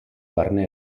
barne